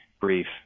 brief